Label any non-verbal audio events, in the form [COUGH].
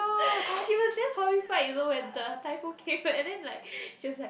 [BREATH] she was damn horrified you know when the typhoon came and then like she was like